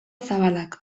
zabalak